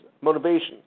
motivation